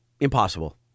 Impossible